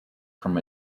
from